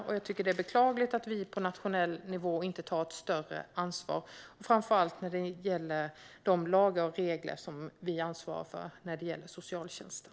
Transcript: Jag tycker att det är beklagligt att vi inte tar ett större ansvar på nationell nivå, framför allt när det gäller de lagar och regler som vi ansvarar för beträffande socialtjänsten.